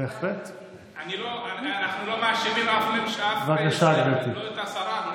אנחנו לא מאשימים אף אחד, גם לא את השרה.